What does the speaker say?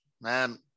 man